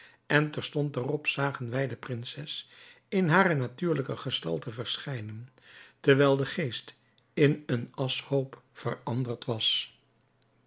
en terstond daarop zagen wij de prinses in hare natuurlijke gestalte verschijnen terwijl de geest in een aschhoop veranderd was